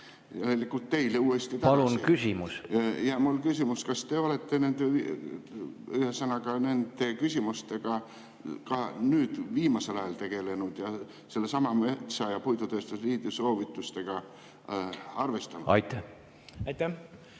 Palun küsimus! Ja mul küsimus, kas te olete, ühesõnaga, nende küsimustega ka nüüd viimasel ajal tegelenud ja sellesama metsa- ja puidutööstuse liidu soovitustega arvestanud? Aitäh!